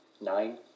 nine